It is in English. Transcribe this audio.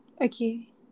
Okay